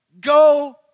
go